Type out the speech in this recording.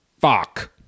Fuck